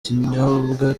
kinyobwa